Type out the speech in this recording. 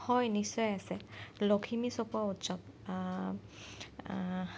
হয় নিশ্চয় আছে লখিমী চপোৱা উৎসৱ